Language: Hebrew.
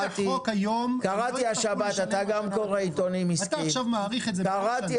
כמוני גם אתה קורא עיתונים עסקיים ואני קראתי